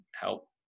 help